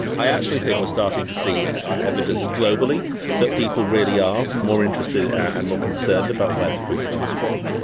i actually think we're starting to see evidence globally that people really are more interested and more concerned about where the food comes from.